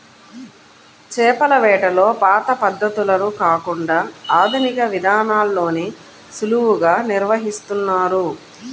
చేపల వేటలో పాత పద్ధతులను కాకుండా ఆధునిక విధానాల్లోనే సులువుగా నిర్వహిస్తున్నారు